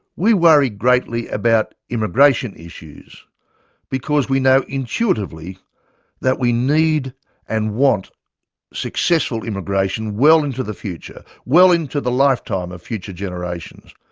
we worry greatly about immigration issues because we know intuitively that we need and want successful immigration well into the future, well into the lifetime of future generations,